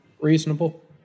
Reasonable